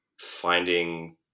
finding